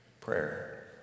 prayer